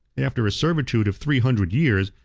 after a servitude of three hundred years,